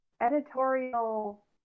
editorial